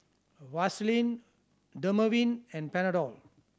Vaselin Dermaveen and Panadol